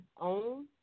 own